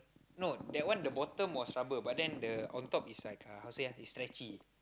no that one the bottom was rubber but then the on top is like uh how to say ah it's stretchy